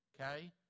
okay